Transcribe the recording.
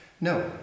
No